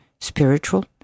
spiritual